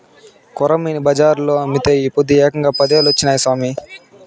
కొరమీను బజార్లో అమ్మితే ఈ పొద్దు ఏకంగా పదేలొచ్చినాయి సామి